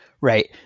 Right